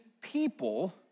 people